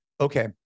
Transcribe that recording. okay